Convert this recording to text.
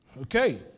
Okay